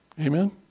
Amen